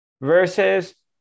versus